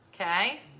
okay